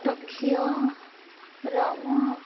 Tokyo Rome